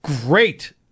great